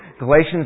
Galatians